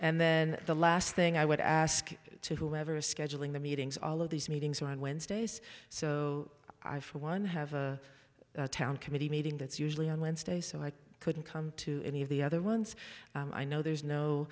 and then the last thing i would ask to whoever is scheduling the meetings all of these meetings are on wednesdays so i for one have a town committee meeting that's usually on wednesday so i couldn't come to any of the other ones i know there's no